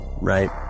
right